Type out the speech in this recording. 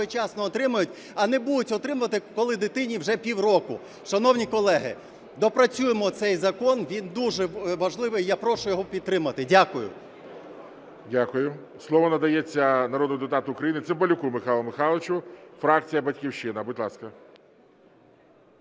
а не будуть отримувати, коли дитині вже пів року. Шановні колеги, доопрацюймо цей закон, він дуже важливий, я прошу його підтримати. Дякую. ГОЛОВУЮЧИЙ. Дякую. Слово надається народному депутату України Цимбалюку Михайлу Михайловичу, фракція "Батьківщина". Будь ласка.